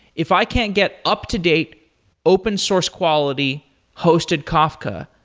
if i can get up-to-date open source quality hosted kafka,